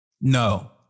no